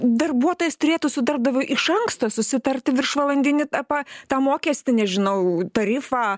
darbuotojas turėtų su darbdaviu iš anksto susitarti viršvalandinį ta pa tą mokestį nežinau tarifą